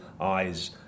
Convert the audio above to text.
eyes